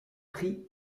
prix